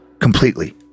Completely